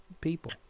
people